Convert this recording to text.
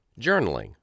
journaling